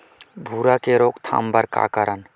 भूरा के रोकथाम बर का करन?